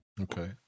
okay